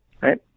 right